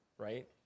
Right